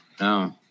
no